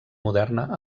moderna